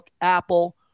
Apple